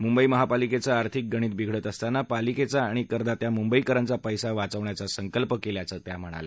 मुंबई महापालिकेचं आर्थिक गणित बिघडत असताना पालिकेचा आणि करदात्या मुंबईकरांचा पस्ती वाचवण्याचा संकल्प केल्याचं त्या म्हणाल्या